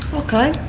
ok.